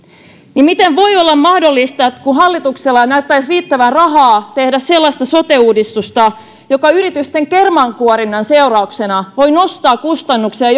miten voi olla mahdollista että kun hallituksella näyttäisi riittävän rahaa tehdä sellaista sote uudistusta joka yritysten kermankuorinnan seurauksena voi nostaa kustannuksia